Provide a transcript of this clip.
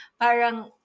parang